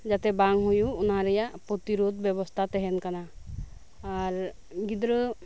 ᱡᱟᱛᱮ ᱵᱟᱝ ᱦᱳᱭᱳᱜ ᱚᱱᱟ ᱨᱮᱭᱟᱜ ᱯᱨᱚᱛᱤᱨᱳᱫᱷ ᱵᱮᱵᱚᱥᱛᱷᱟ ᱛᱟᱦᱮᱱ ᱠᱟᱱᱟ ᱟᱨ ᱜᱤᱫᱽᱨᱟᱹ